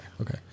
okay